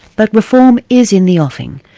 but reform is in the offing.